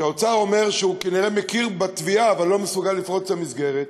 שהאוצר אומר שהוא כנראה מכיר בתביעה אבל לא מסוגל לפרוץ את המסגרת,